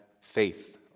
faith